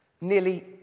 Nearly